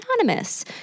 anonymous